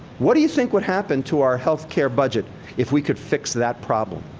what do you think would happen to our health care budget if we could fix that problem?